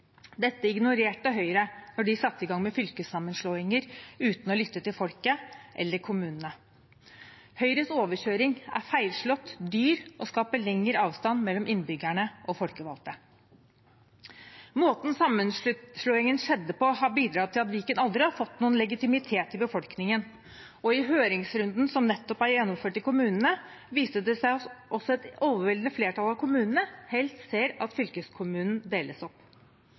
Dette ignorerte Høyre da de satte i gang med fylkessammenslåinger uten å lytte til folket eller kommunene. Høyres overkjøring er feilslått, dyr og skaper lengre avstand mellom innbyggerne og folkevalgte. Måten sammenslåingen skjedde på, har bidratt til at Viken aldri har fått noen legitimitet i befolkningen, og i høringsrunden som nettopp er gjennomført i kommunene, viser det seg også at et overveldende flertall av kommunene helst ser at fylkeskommunen deles opp.